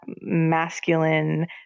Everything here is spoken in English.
masculine